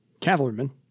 Cavalryman